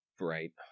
Right